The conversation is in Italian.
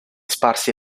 sparsi